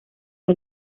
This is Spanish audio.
fue